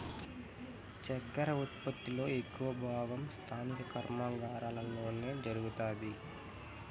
చక్కర ఉత్పత్తి లో ఎక్కువ భాగం స్థానిక కర్మాగారాలలోనే జరుగుతాది